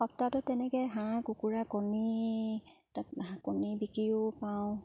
সপ্তাহটো তেনেকৈ হাঁহ কুকুৰা কণী তাত কণী বিকিও পাওঁ